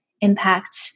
impact